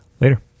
later